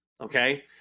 okay